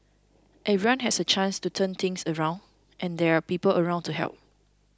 everyone has a chance to turn things around and there are people around to help